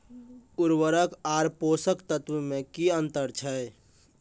उर्वरक आर पोसक तत्व मे की अन्तर छै?